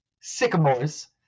Sycamores